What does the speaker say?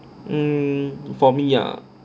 mm for me ah